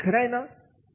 खरं आहे ना हे